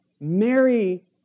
Mary